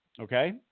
Okay